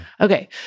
Okay